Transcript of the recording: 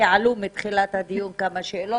כי עלו מתחילת הדיון כמה שאלות,